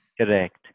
Correct